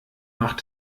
macht